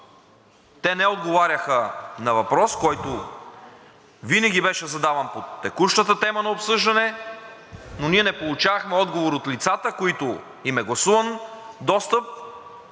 те не отговаряха на въпрос, който винаги беше задаван по текущата тема за обсъждане, не получавахме отговор от лицата, на които им е гласуван достъп,